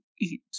eat